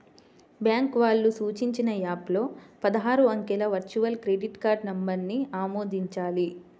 bank వాళ్ళు సూచించిన app లో పదహారు అంకెల వర్చువల్ క్రెడిట్ కార్డ్ నంబర్ను ఆమోదించాలి